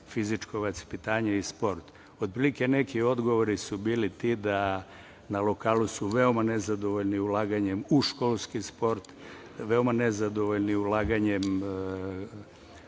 fizičko vaspitanje i sport. Otprilike neki odgovori su bili ti da su na lokalu veoma nezadovoljni ulaganjem u školski sport, veoma nezadovoljni ulaganjem